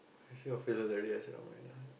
see your face like that already I say never mind lah